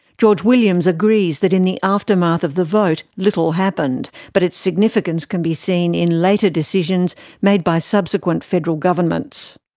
george williams agrees that in the immediate aftermath of the vote, little happened, but its significance can be seen in later decisions made by subsequent federal governments.